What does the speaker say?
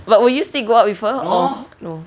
but will you still go out with her or no